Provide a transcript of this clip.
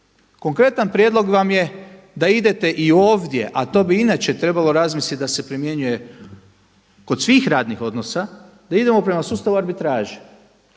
Konkretan prijedlog vam je da idete i ovdje, a to bi inače trebalo razmisliti da se primjenjuje kod svih radnih odnosa, da idemo prema sustavu arbitraže.